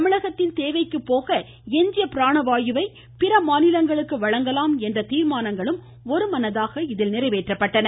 தமிழகத்தின் தேவைக்கு போக எஞ்சிய பிராண வாயுவை பிற மாநிலங்களுக்கு வழங்கலாம் என்ற தீர்மானங்களும் ஒருமனதாக எட்டப்பட்டன